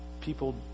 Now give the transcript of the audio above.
People